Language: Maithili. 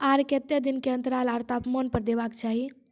आर केते दिन के अन्तराल आर तापमान पर देबाक चाही?